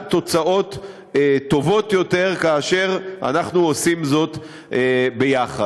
מביא תוצאות טובות יותר כאשר אנחנו עושים זאת ביחד.